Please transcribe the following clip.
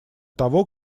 того